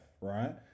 right